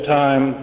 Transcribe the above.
time